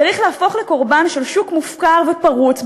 צריך להפוך לקורבן של שוק מופקר ופרוץ,